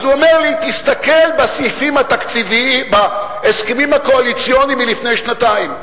אז הוא אומר לי: תסתכל בהסכמים הקואליציוניים מלפני שנתיים.